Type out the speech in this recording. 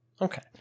Okay